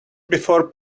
before